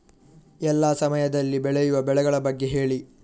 ಎಲ್ಲಾ ಸಮಯದಲ್ಲಿ ಬೆಳೆಯುವ ಬೆಳೆಗಳ ಬಗ್ಗೆ ಹೇಳಿ